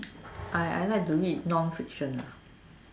I I like to read non fiction lah